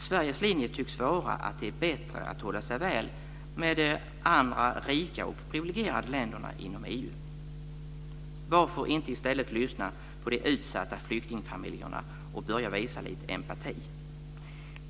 Sveriges linje tycks vara att det är bättre att hålla sig väl med de andra rika och privilegierade länderna inom EU. Varför inte i stället lyssna på de utsatta flyktingfamiljerna och börja visa lite empati?